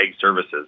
Services